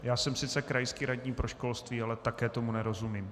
Já jsem sice krajský radní pro školství, ale také tomu nerozumím.